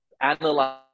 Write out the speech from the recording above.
analyze